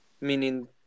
Meaning